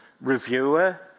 reviewer